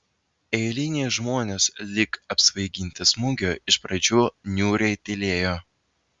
eiliniai žmonės lyg apsvaiginti smūgio iš pradžių niūriai tylėjo